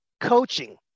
coaching